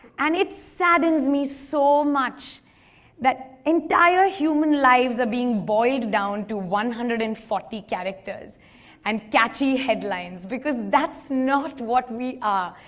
and it saddens me so much that entire human lives are being boiled down to one hundred and forty characters and catchy headlines. because that's not what we are.